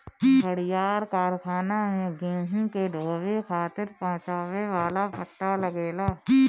बड़ियार कारखाना में गेहूं के ढोवे खातिर पहुंचावे वाला पट्टा लगेला